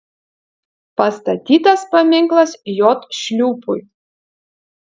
pastatytas paminklas j šliūpui